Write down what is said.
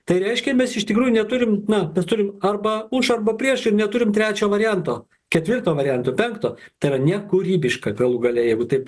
tai reiškia mes iš tikrųjų neturim na mes turim arba už arba prieš ir neturim trečio varianto ketvirto varianto penkto tai yra nekūrybiška galų gale jeigu taip